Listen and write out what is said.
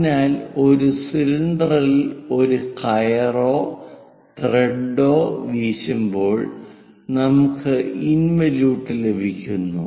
അതിനാൽ ഒരു സിലിണ്ടറിൽ ഒരു കയറോ ത്രെഡോ വീശുമ്പോൾ നമുക്ക് ഇൻവലിയൂട്ട് ലഭിക്കുന്നു